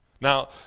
Now